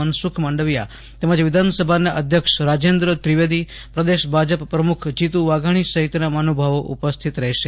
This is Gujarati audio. મનસુખ માંડવિયા તેમજ વિધાનસભાના અધ્યક્ષ રાજેન્દ્ર ત્રિવેદી પ્રદેશ ભાજપ પ્રમુખ જીતુ વાઘાણી સહિતના મહાનુભાવો ઉપસ્થિત રહેશે